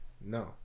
No